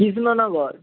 Krishnanagar